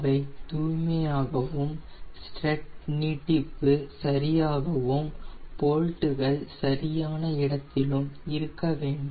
அவை தூய்மையாகவும் ஸ்ட்ரட் நீட்டிப்பு சரியாகவும் போல்ட்டுகள் சரியான இடத்திலும் இருக்க வேண்டும்